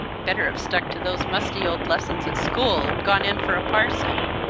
better have stuck to those musty old lessons at school, and gone in for a parson!